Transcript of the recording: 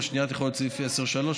והשנייה תכלול את סעיף 10(3),